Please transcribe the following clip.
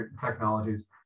technologies